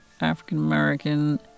African-American